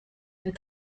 and